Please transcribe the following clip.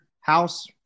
house